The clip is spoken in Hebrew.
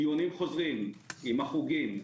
דיונים חוזרים עם החוגים,